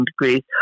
degrees